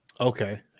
Okay